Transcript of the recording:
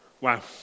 Wow